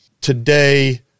today